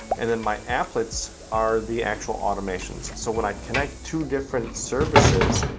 and then my applets are the actual automations. so when i connect two different services,